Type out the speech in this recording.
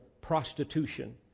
prostitution